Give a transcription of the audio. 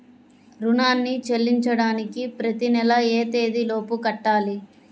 రుణాన్ని చెల్లించడానికి ప్రతి నెల ఏ తేదీ లోపు కట్టాలి?